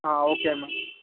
okay ma'am